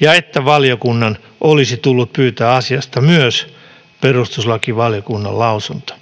ja että valiokunnan olisi tullut pyytää asiasta myös perustuslakivaliokunnan lausunto.